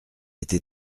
été